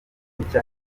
nshya